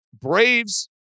Braves